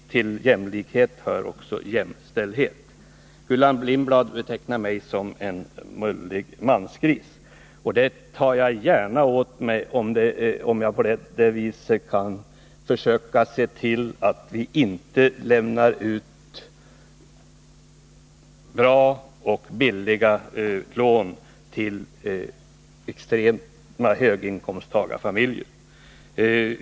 Till jämlikhet hör också jämställdhet. Gullan Lindblad betecknar mig som en mullig mansgris. Det tar jag gärna åt mig, om jag på det viset kan bidra till att vi inte ger bra och billiga lån till extrema höginkomsttagarfamiljer.